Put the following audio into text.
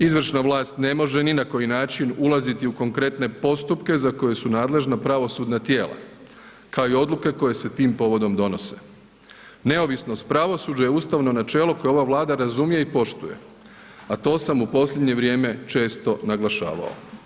Izvršna vlast ne može ni na koji način ulaziti u konkretne postupke za koja su nadležna pravosudna tijela, kao i odluke koje se tim povodom donose, neovisnost pravosuđa je ustavno načelo koje ova Vlada razumije i poštuje, a to sam u posljednje vrijeme često naglašavao.